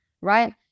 right